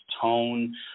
tone